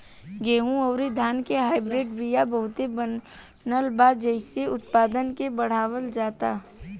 गेंहू अउरी धान के हाईब्रिड बिया बहुते बनल बा जेइसे उत्पादन के बढ़ावल जाता